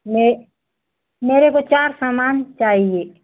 मैं मेरे को चार सामान चाहिये